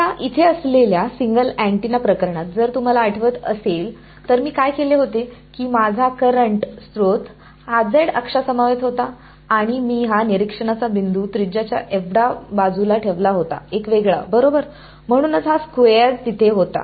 आता इथे असलेल्या सिंगल अँटीना प्रकरणात जर तुम्हाला आठवत असेल तर मी काय केले होते की माझा करंट स्रोत z अक्षांसमवेत होता आणि मी हा निरीक्षणाचा बिंदू त्रिज्या च्या एवढा बाजूला ठेवला होता एक वेगळा बरोबर म्हणूनच हा स्क्वेअर तिथे होता